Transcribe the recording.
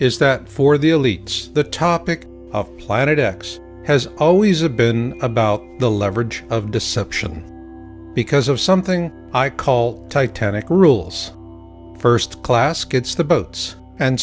is that for the elites the topic of planet x has always a been about the leverage of deception because of something i call titanic rules first class kits the boats and